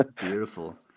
Beautiful